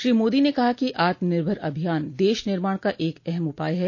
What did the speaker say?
श्री मोदी ने कहा कि आत्मनिर्भर अभियान देश निर्माण का एक अहम उपाय है